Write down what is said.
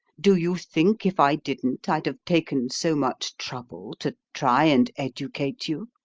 do you think if i didn't i'd have taken so much trouble to try and educate you?